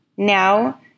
Now